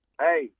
Hey